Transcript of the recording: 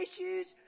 issues